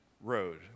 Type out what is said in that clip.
road